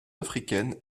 africaines